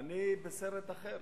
אני בסרט אחר.